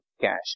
cash